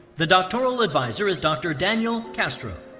the doctoral advisor is dr. daniel castro.